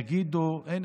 יגידו: הינה,